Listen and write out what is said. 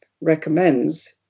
recommends